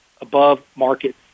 above-market